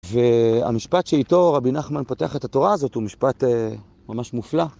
והמשפט שאיתו רבי נחמן פותח את התורה הזאת הוא משפט ממש מופלא.